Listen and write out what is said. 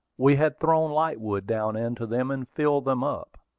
we had thrown lightwood down into them, and filled them up.